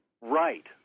Right